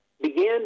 began